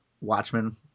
Watchmen